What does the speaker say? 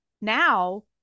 now